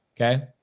Okay